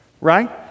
right